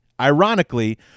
ironically